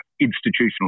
institutional